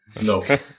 No